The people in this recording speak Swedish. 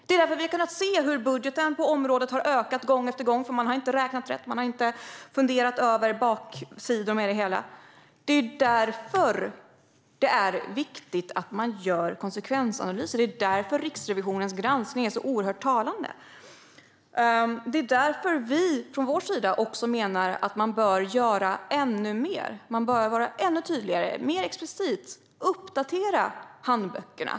Vi har kunnat se hur budgeten på området har ökat gång efter gång, för man har inte räknat rätt. Man har inte funderat över baksidor med det hela. Det är därför det är viktigt att man gör konsekvensanalyser. Det är därför som Riksrevisionens granskning är så talande. Det är också därför som vi från vår sida menar att man bör göra ännu mer. Man bör vara ännu tydligare och mer explicit uppdatera handböckerna.